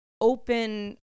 open